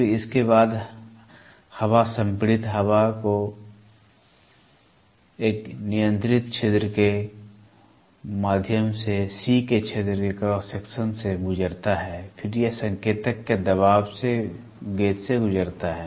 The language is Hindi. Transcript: फिर इसके बाद हवा संपीड़ित हवा को एक नियंत्रित छिद्र के माध्यम से सी के क्षेत्र के क्रॉस सेक्शन से गुजरता है फिर यह संकेतक के दबाव गेज से गुजरता है